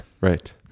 right